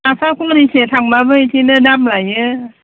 सापागुरिसो थांबाबो बिदिनो दाम लायो